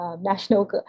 national